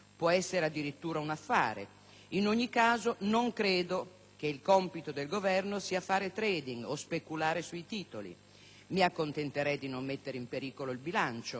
In ogni caso non credo che il compito del Governo sia fare *trading* o speculare sui titoli. Mi accontenterei di non mettere in pericolo il bilancio. Proprio questo è il punto.